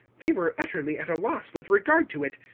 they were utterly at a loss with regard to it,